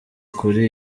kuri